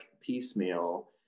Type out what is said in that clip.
piecemeal